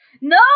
No